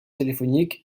téléphonique